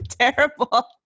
Terrible